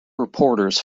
reporters